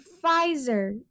Pfizer